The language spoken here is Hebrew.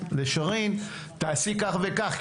לשירין: תעשי כך וכך,